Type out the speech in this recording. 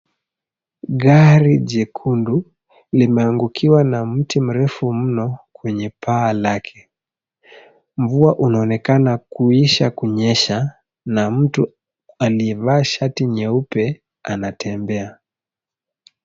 Gari jekundu, limeangukiwa na mti mrefu mno, kwenye paa lake. Mvua unaonekana kuisha kunyesha, na mtu aliyevaa shati nyeupe, anatembea.